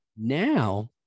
now